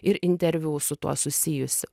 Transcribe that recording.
ir interviu su tuo susijusių